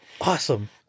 Awesome